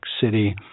City